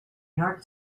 york